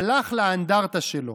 הלך לאנדרטה שלו,